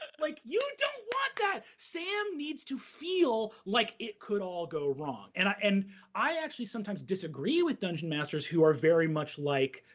like you don't want that! sam needs to feel like it could all go wrong. and i and i actually sometimes disagree with dungeon masters who are very much like,